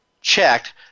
checked